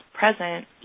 present